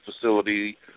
facility